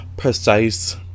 precise